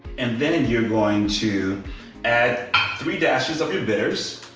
and then and you're going to add three dashes of your bitters,